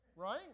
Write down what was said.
Right